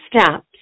steps